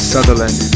Sutherland